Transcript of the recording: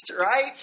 right